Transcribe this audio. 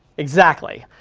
exactly.